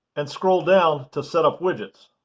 and scroll down to setup widgets.